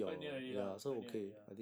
quite near already lah quite near already lah